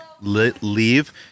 leave